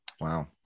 wow